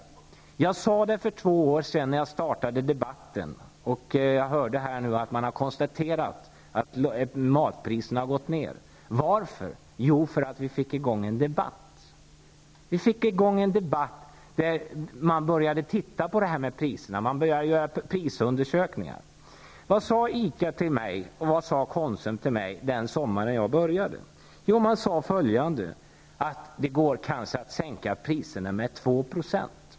Det sade redan jag för två år sedan, när jag startade debatten. Och jag hörde här att man hade konstaterat att matpriserna har gått ned. Varför? Jo, för att vi fick i gång en debatt. Man började se över detta med priser, och man gjorde prisundersökningar. Vad sade företrädare för ICA och Konsum till mig den sommaren jag började debatten? Jo, att det kanske går att sänka priserna med 2 %.